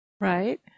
Right